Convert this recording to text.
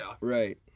Right